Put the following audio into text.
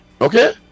Okay